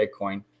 Bitcoin